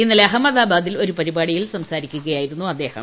ഇന്നലെ അഹമ്മദാബാദിൽ ഒരു പരിപാടിയിൽ സംസാരിക്കുകയായിരുന്നു അദ്ദേഹം